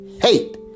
hate